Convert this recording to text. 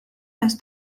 las